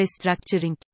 restructuring